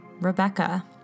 Rebecca